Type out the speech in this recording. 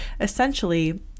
essentially